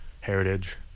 heritage